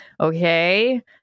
okay